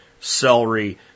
celery